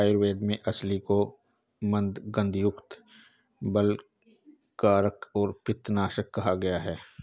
आयुर्वेद में अलसी को मन्दगंधयुक्त, बलकारक और पित्तनाशक कहा गया है